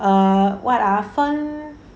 err what ah 三